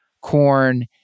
corn